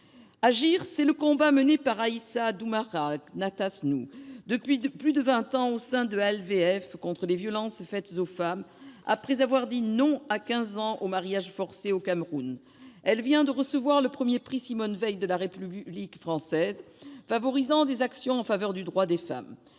Agir, c'est le combat mené par Aïssa Doumara Ngatansou depuis plus de vingt ans au sein de l'Association de lutte contre les violences faites aux femmes, l'ALVF, après avoir dit non à 15 ans au mariage forcé au Cameroun. Elle vient de recevoir le premier prix Simone-Veil de la République française, favorisant des actions en faveur du droit des femmes.